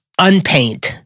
unpaint